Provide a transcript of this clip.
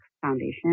foundation